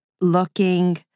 looking